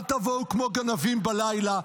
אל תבואו כמו גנבים בלילה.